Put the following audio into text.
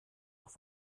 auf